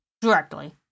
Directly